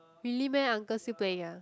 really meh uncle still playing uh